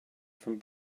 from